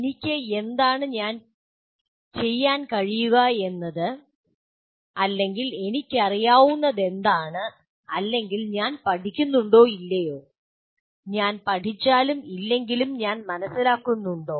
എനിക്ക് എന്താണ് ചെയ്യാൻ കഴിയുകയെന്നത് അല്ലെങ്കിൽ എനിക്കറിയാവുന്നതെന്താണ് അല്ലെങ്കിൽ ഞാൻ പഠിക്കുന്നുണ്ടോ ഇല്ലയോ ഞാൻ പഠിച്ചാലും ഇല്ലെങ്കിലും ഞാൻ മനസ്സിലാക്കുന്നുണ്ടോ